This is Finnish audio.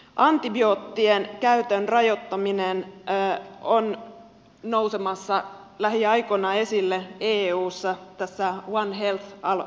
antibioottien käytön rajoittaminen on nousemassa lähiaikoina esille eussa tässä one health aloitteessa